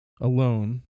alone